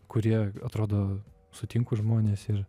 kurie atrodo sutinku žmones ir